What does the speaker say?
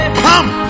Come